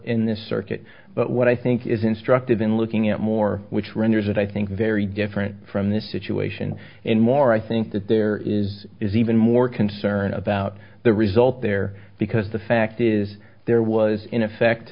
in this circuit but what i think is instructive in looking at more which renders it i think very different from this situation and more i think that there is is even more concern about the result there because the fact is there was in effect